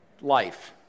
life